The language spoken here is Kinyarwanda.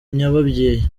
nyababyeyi